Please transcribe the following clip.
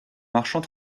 marchant